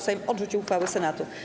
Sejm odrzucił uchwałę Senatu.